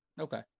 Okay